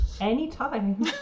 Anytime